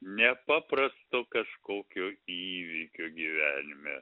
nepaprasto kažkokio įvykio gyvenime